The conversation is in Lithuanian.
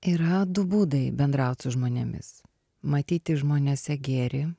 yra du būdai bendraut su žmonėmis matyti žmonėse gėrį